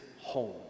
home